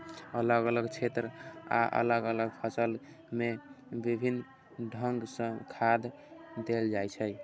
अलग अलग क्षेत्र आ अलग अलग फसल मे विभिन्न ढंग सं खाद देल जाइ छै